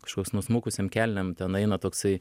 kažkoks nusmukusiom kelnėm ten eina toksai